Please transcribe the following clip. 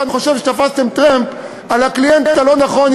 אני חושב שתפסתם טרמפ על הקליינט הלא-נכון,